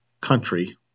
country